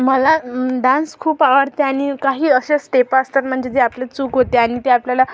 मला डान्स खूप आवडते आणि काही अशा स्टेपा असतात म्हणजे जे आपलं चूक होते आणि ते आपल्याला